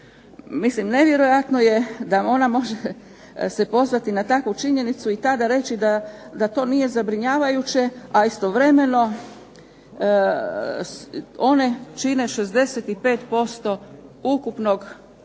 Mislim nevjerojatno je da se ona može pozvati na takvu činjenicu i tada reći da to nije zabrinjavajuće, a istovremeno one čine 65% ukupnog iznosa